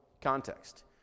context